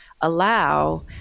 allow